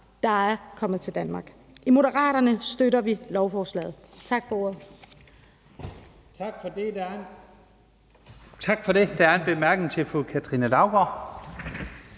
der er kommet til Danmark. I Moderaterne støtter vi lovforslaget. Tak for ordet.